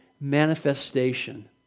manifestation